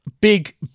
big